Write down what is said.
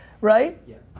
right